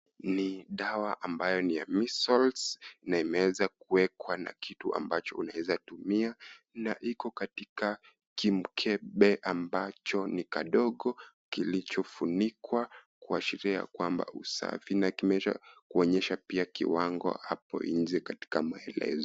Ni dawa ambayo ni ya Measles na imeeza kuwekwa na kitu ambacho unaeza tumia na iko katika kimkebe ambacho ni kadogo kilichofunikwa kuashiria kwamba usafi na kimechorwa kuonyesha pia kiwango hapo nje katika maelezo.